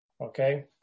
Okay